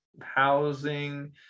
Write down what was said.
housing